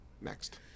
next